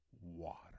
water